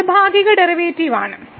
ഇത് ഭാഗിക ഡെറിവേറ്റീവ് ആണ്